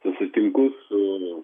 susitinku su